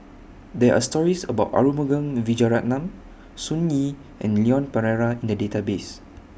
There Are stories about Arumugam Vijiaratnam Sun Yee and Leon Perera in The Database